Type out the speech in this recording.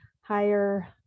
higher